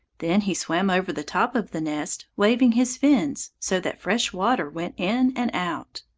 then he swam over the top of the nest, waving his fins, so that fresh water went in and out.